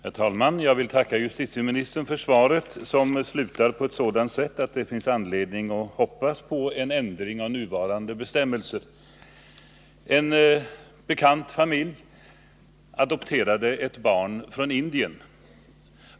Herr talman! Jag vill tacka justitieministern för svaret, som slutar på ett sådant sätt att det finns anledning att hoppas på en ändring av nuvarande bestämmelser. En bekant familj adopterade ett barn från Indien.